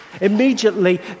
Immediately